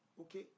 Okay